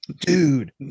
dude